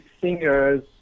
singers